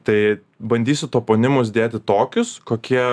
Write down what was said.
tai bandysiu toponimus dėti tokius kokie